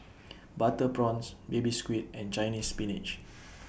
Butter Prawns Baby Squid and Chinese Spinach